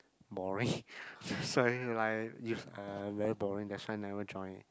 boring that's why like y~ uh very boring that's why never join